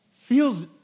Feels